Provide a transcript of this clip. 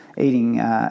Eating